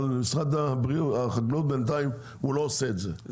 אבל משרד החקלאות בינתיים הוא לא עושה את זה,